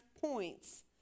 points